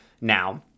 now